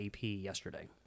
yesterday